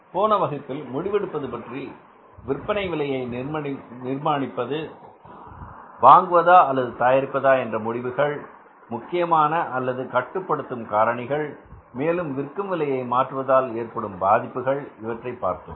போன வகுப்பில் முடிவெடுப்பது பற்றி விற்பனை விலையை நிர்ணயிப்பது வாங்குவதா அல்லது தயாரிப்பதா என்ற முடிவுகள் முக்கியமான அல்லது கட்டுப்படுத்தும் காரணிகள் மேலும் விற்கும் விலையை மாற்றுவதால் ஏற்படும் பாதிப்புகள் இவற்றை பார்த்தோம்